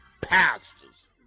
pastors